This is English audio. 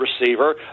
receiver